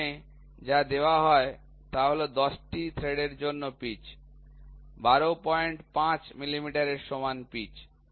এখানে যা দেওয়া হয় তা হল ১০ টি থ্রেডের জন্য পিচ ১২৫ মিলিমিটার সমান পিচ